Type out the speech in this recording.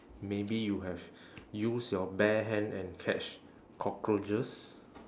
maybe you have use your bare hand and catch cockroaches